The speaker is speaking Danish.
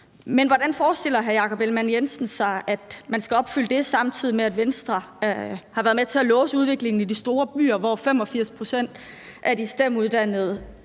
Men hvordan forestiller hr. Jakob Ellemann-Jensen sig at man skal opfylde det, samtidig med at Venstre har været med til at låse udviklingen i de store byer, hvor 85 pct. af de fyldte STEM-uddannelser